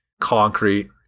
concrete